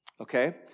okay